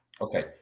Okay